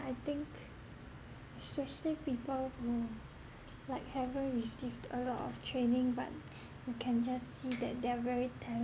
I think especially people who like haven't received a lot of training but you can just see that they are very